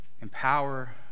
empower